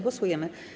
Głosujemy.